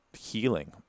healing